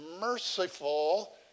merciful